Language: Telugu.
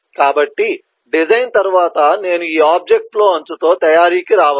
కాబట్టి డిజైన్ తరువాత నేను ఈ ఆబ్జెక్ట్ ఫ్లో అంచుతో తయారీకి రావచ్చు